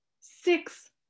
six